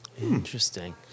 Interesting